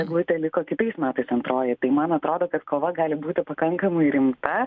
eglutė liko kitais metais antroji tai man atrodo kad kova gali būti pakankamai rimta